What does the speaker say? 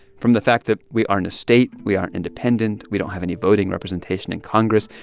from the fact that we aren't a state, we aren't independent, we don't have any voting representation in congress,